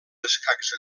escacs